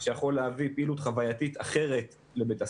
שיכול להביא פעילות חווייתית אחרת לבית הספר.